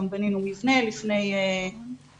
גם בנינו מבנה לפני שנה,